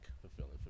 fulfilling